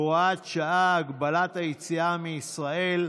(הוראת שעה) (הגבלת היציאה מישראל)